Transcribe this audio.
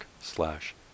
slash